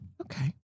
Okay